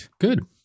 Good